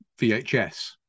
vhs